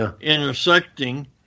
intersecting